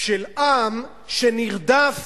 של עם שנרדף